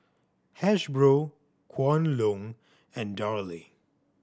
Hasbro Kwan Loong and Darlie